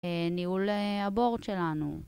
ניהול הבור שלנו